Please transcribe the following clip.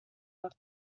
left